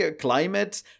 climate